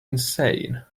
insane